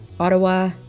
Ottawa